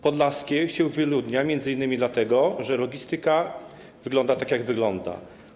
Podlaskie wyludnia się m.in. dlatego, że logistyka wygląda tak, jak wygląda.